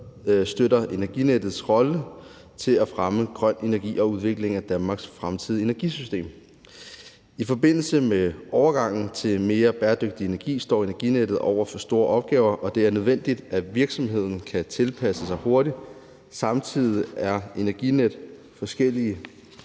støtter Energinets rolle i at fremme grøn energi og udvikling af Danmarks fremtidige energisystem. I forbindelse med overgangen til mere bæredygtig energi står Energinet over for store opgaver, og det er nødvendigt, at virksomheden kan tilpasse sig hurtigt. Samtidig er Energinet forskellig